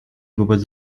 wobec